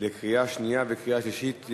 לקריאה שנייה וקריאה שלישית.